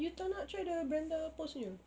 you tak nak try the brenda post punya